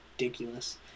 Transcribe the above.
ridiculous